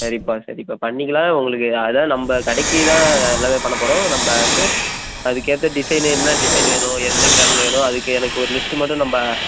சரிப்பா சரிப்பா பண்ணிக்கலாம் உங்களுக்கு அதாவது நம்ப கடைக்கு தான் எல்லாமே பண்ணப் போகிறோம் நம்ப வந்து அதுக்கேற்ற டிசைனு என்ன டிசைன் வேணும் எந்த கிராமில் வேணும் அதுக்கு எனக்கு ஒரு லிஸ்ட்டு மட்டும் நம்ப